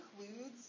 includes